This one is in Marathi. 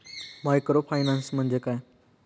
मायक्रोफायनान्स म्हणजे काय?